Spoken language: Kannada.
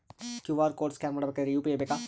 ಕ್ಯೂ.ಆರ್ ಕೋಡ್ ಸ್ಕ್ಯಾನ್ ಮಾಡಬೇಕಾದರೆ ಯು.ಪಿ.ಐ ಬೇಕಾ?